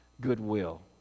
goodwill